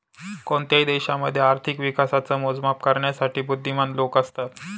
कोणत्याही देशामध्ये आर्थिक विकासाच मोजमाप करण्यासाठी बुध्दीमान लोक असतात